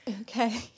okay